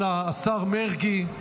אנא, השר מרגי.